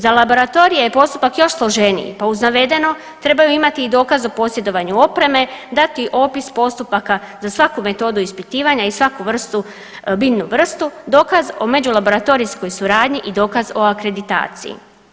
Za laboratorije je postupak još složeniji, pa uz navedeno trebaju imati i dokaz o posjedovanju opreme, dati opis postupaka za svaku metodu ispitivanja i svaku biljnu vrstu, dokaz o međulaboratorijskoj suradnji i dokaz o akreditaciji.